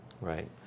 Right